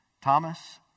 Thomas